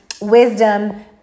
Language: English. wisdom